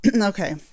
okay